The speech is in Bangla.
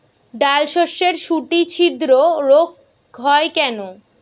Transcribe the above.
ডালশস্যর শুটি ছিদ্র রোগ হয় কেন?